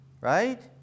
Right